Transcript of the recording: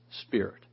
spirit